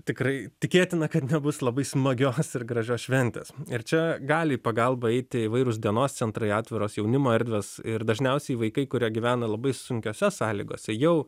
tikrai tikėtina kad nebus labai smagios ir gražios šventės ir čia gali į pagalbą eiti įvairūs dienos centrai atviros jaunimo erdvės ir dažniausiai vaikai kurie gyvena labai sunkiose sąlygose jau